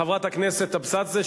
חברת הכנסת אבסדזה,